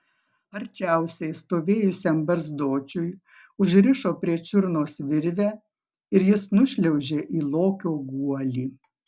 arčiausiai stovėjusiam barzdočiui užrišo prie čiurnos virvę ir jis nušliaužė į lokio guolį